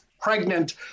pregnant